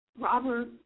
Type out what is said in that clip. Robert